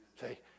Say